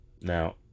Now